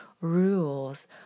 rules